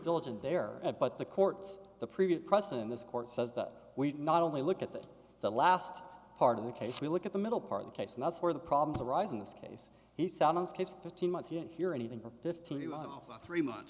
diligent there at but the courts the previous press and this court says that we not only look at the last part of the case we look at the middle part of the case and that's where the problems arise in this case he sounds case fifteen months he didn't hear anything for fifteen on three m